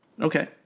Okay